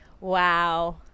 Wow